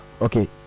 Okay